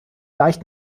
leicht